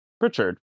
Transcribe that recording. Richard